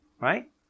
right